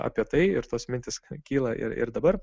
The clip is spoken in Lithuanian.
apie tai ir tos mintys kyla ir ir dabar